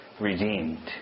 redeemed